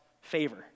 favor